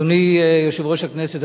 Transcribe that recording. אדוני יושב-ראש הכנסת,